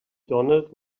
donald